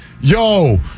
Yo